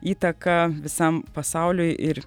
įtaką visam pasauliui ir